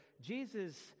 Jesus